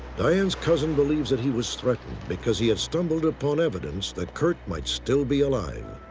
diane's cousin believes that he was threatened because he had stumbled upon evidence that curt might still be alive.